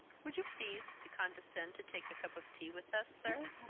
would you please to condescend to take a cup of tea with us, sir?